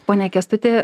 pone kęstuti